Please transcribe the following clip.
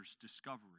discovery